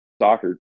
soccer